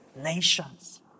nations